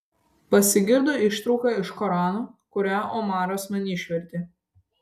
pasigirdo ištrauka iš korano kurią omaras man išvertė